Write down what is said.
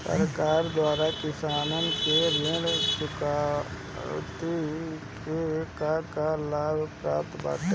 सरकार द्वारा किसानन के ऋण चुकौती में का का लाभ प्राप्त बाटे?